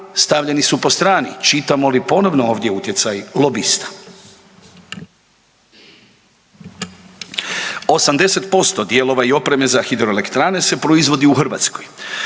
stavljeni su po strani, čitamo li ponovno ovdje utjecaj lobista? 80% dijelova i opreme za hidroelektrane se proizvodi u Hrvatskoj,